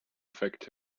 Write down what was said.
affect